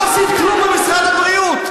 לא עשית כלום במשרד הבריאות,